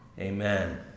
amen